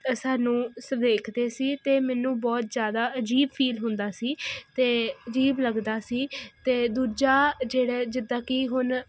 ਸਾਨੂੰ ਵੇਖਦੇ ਸੀ ਤੇ ਮੈਨੂੰ ਬਹੁਤ ਜਿਆਦਾ ਅਜੀਬ ਫੀਲ ਹੁੰਦਾ ਸੀ ਤੇ ਅਜੀਬ ਲੱਗਦਾ ਸੀ ਤੇ ਦੂਜਾ ਜਿਹੜੇ ਜਿੱਦਾਂ ਕੀ ਹੁਣ